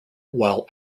while